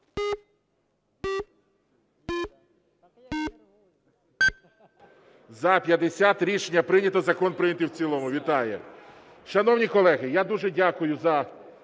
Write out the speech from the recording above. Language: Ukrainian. За-250 Рішення прийнято. Закон прийнято в цілому. Вітаю. Шановні колеги, я дуже дякую за…